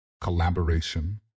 collaboration